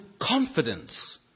confidence